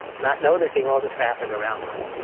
not noticing all the traffic around them.